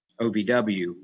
OVW